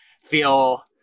feel